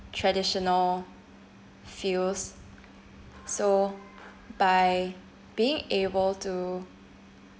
traditional fields so by being able to